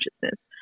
consciousness